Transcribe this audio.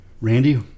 Randy